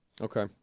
Okay